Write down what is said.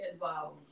wow